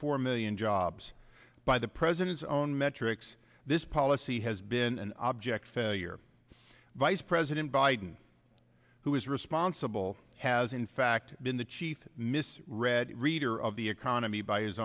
four million jobs by the president's own metrics this policy has been an abject failure vice president biden who is responsible has in fact been the chief mis read reader of the economy by his